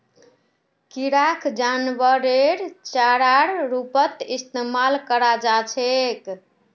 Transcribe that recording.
किराक जानवरेर चारार रूपत इस्तमाल कराल जा छेक